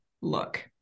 look